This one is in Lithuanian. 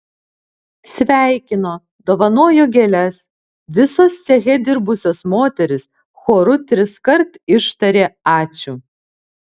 sveikino dovanojo gėles visos ceche dirbusios moterys choru triskart ištarė ačiū